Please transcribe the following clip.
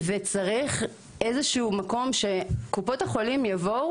צריך באיזשהו מקום שקופות החולים יבואו